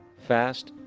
fast,